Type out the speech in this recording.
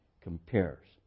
compares